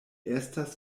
estas